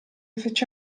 fece